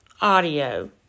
audio